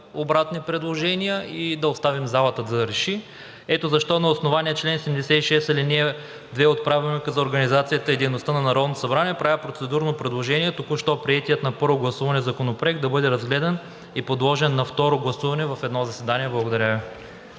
обратни предложения и да оставим залата да реши. Ето защо на основание чл. 76, ал. 2 от Правилника за организацията и дейността на Народното събрание правя процедурно предложение току-що приетият на първо гласуване Законопроект да бъде разгледан и подложен на второ гласуване в едно заседание. Благодаря